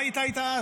מה היה איתה אז?